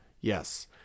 Yes